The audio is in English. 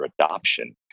adoption